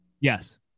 Yes